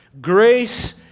grace